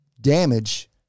damage